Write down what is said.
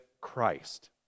Christ